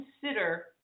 consider